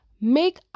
make